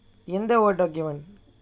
எந்த:entha Word document